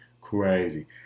Crazy